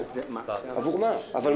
אנחנו פותחים מחדש.